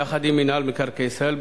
יחד עם מינהל מקרקעי ישראל,